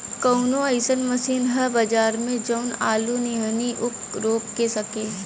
कवनो अइसन मशीन ह बजार में जवन आलू नियनही ऊख रोप सके?